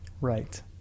Right